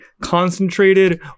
concentrated